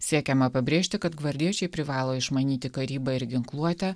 siekiama pabrėžti kad gvardiečiai privalo išmanyti karybą ir ginkluotę